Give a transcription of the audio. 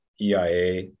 EIA